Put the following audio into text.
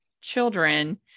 children